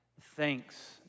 Thanks